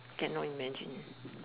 cannot imagine